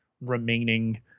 remaining